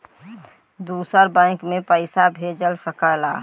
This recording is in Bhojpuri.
दूसर बैंक मे पइसा भेज सकला